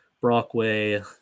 Brockway